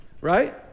right